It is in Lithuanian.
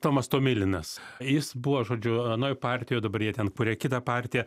tomas tomilinas jis buvo žodžiu anoj partijoj dabar jie ten kuria kitą partiją